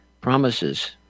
promises